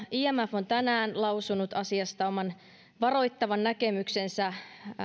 imf on tänään lausunut asiasta oman varoittavan näkemyksensä